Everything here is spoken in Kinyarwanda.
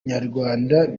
nyarwanda